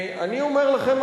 אני אומר לכם,